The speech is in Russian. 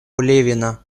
левина